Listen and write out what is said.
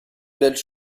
belles